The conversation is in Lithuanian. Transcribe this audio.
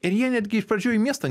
ir jie netgi iš pradžių į miestą